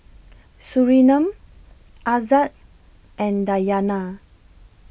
Surinam Aizat and Dayana